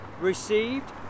received